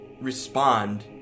respond